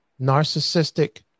narcissistic